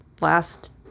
last